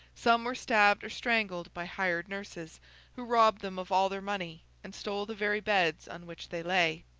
some were stabbed or strangled by hired nurses who robbed them of all their money, and stole the very beds on which they lay.